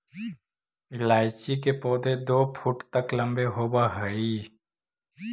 इलायची के पौधे दो फुट तक लंबे होवअ हई